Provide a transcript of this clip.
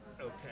Okay